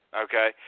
okay